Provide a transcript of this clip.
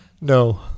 No